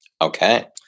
Okay